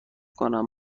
کنم